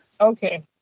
okay